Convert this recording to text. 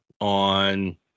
on